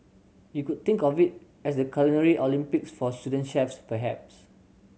you could think of it as the Culinary Olympics for student chefs perhaps